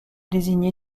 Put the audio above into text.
désigner